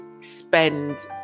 spend